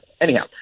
Anyhow